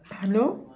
hello